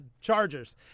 chargers